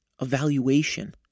evaluation